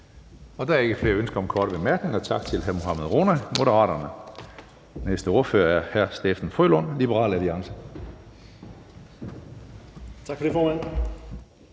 Der er ikke flere ønsker om korte bemærkninger, så tak til hr. Mohammad Rona, Moderaterne. Den næste ordfører er hr. Steffen W. Frølund, Liberal Alliance. Kl. 13:52 (Ordfører)